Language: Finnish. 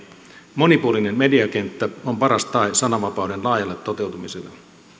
monipuolinen mediakenttä on paras tae sananvapauden laajalle toteutumiselle